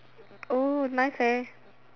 oh nice hair